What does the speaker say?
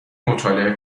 مطالعه